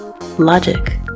Logic